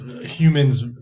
humans